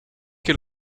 que